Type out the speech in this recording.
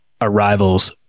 arrivals